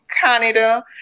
Canada